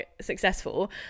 successful